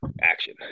action